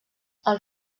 els